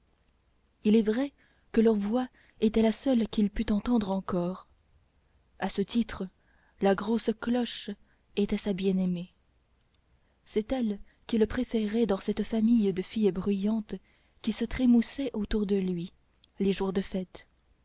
il est vrai que leur voix était la seule qu'il pût entendre encore à ce titre la grosse cloche était sa bien-aimée c'est elle qu'il préférait dans cette famille de filles bruyantes qui se trémoussait autour de lui les jours de fête